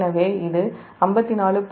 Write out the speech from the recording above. எனவே இது 54